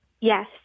Yes